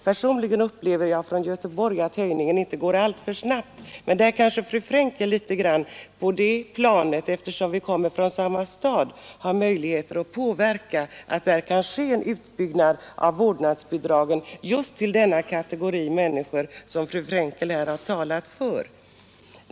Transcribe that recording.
Personligen upplever jag i Göteborg att höjningen inte går alltför snabbt, men på det planet kanske fru Frankel — vi kommer ju från samma stad — i någon mån har möjlighet att medverka till att det sker en utbyggnad av vårdnadsbidraget just för den kategori människor som fru Frankel här har talat för.